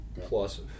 plus